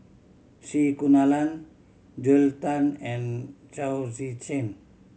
C Kunalan Joel Tan and Chao Tzee Cheng